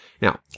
Now